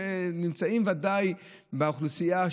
היום כשנמצאים בוודאי באוכלוסייה,